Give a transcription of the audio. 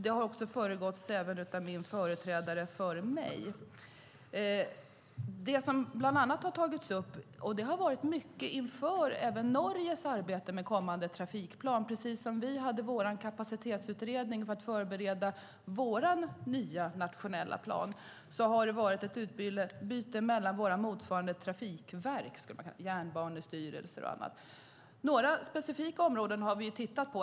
Det har även försiggått under min företrädare. Det som bland annat har tagits upp, och det har varit mycket även inför Norges arbete med kommande trafikplan, precis som vi hade vår kapacitetsutredning för att förbereda vår nya nationella plan, har varit ett utbyte mellan våra motsvarande trafikverk, jernbanestyrelser och annat. Några specifika områden har vi ju tittat på.